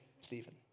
Stephen